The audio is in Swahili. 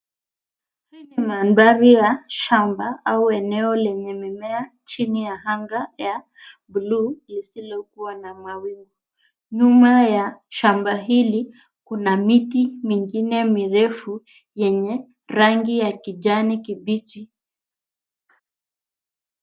Mandhari ya shamba, au eneo lenye mimea chini ya anga ya buluu lisilokuwa na mawingu. Nyuma ya shamba hili kuna miti mingine mirefu yenye rangi ya kijani kibichi.